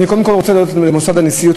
אני קודם כול רוצה להודות למוסד הנשיאות,